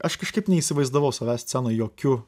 aš kažkaip neįsivaizdavau savęs scenoj jokiu